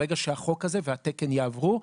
ברגע שהחוק הזה והתקן יעבור,